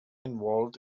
involved